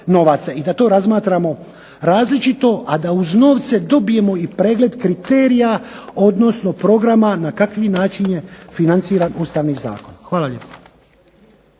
i da to razmatramo različito, a da uz novce dobijemo i pregled kriterija odnosno programa na kakvi način je financiran Ustavni zakon. Hvala lijepo.